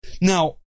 Now